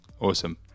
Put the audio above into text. awesome